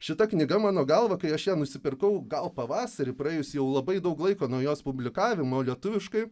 šita knyga mano galva kai aš ją nusipirkau gal pavasarį praėjus jau labai daug laiko nuo jos publikavimo lietuviškai